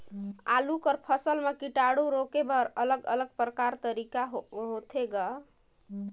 आलू कर फसल म कीटाणु रोके बर अलग अलग प्रकार तरीका होथे ग?